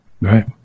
Right